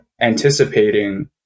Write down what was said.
anticipating